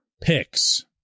picks